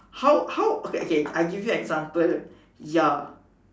how how okay okay I give you example ya